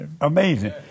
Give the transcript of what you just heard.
Amazing